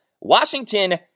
Washington